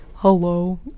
Hello